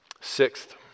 sixth